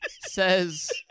says